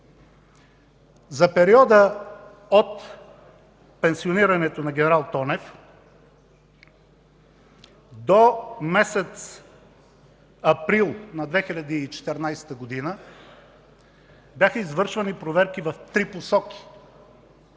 За периода от пенсионирането на генерал Тонев до месец април 2014 г. бяха извършвани проверки в три посоки.